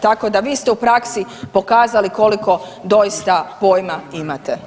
Tako da vi ste u praksi pokazali koliko doista pojima imate.